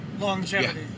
longevity